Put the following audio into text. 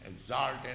exalted